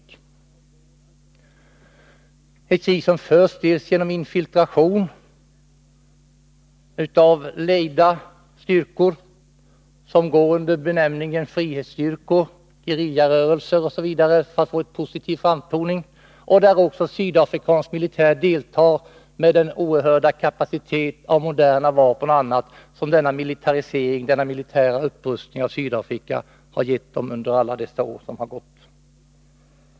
Det är ett krig som förs genom infiltration av lejda styrkor, som går under benämningen frihetsstyrkor, gerillarörelser osv. för att få en positiv framtoning. Men också sydafrikansk militär deltar med den oerhörda kapacitet i fråga om moderna vapen och annat som den militära upprustningen av Sydafrika har gett under alla dessa år som har gått.